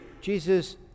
Jesus